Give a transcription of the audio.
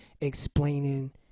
explaining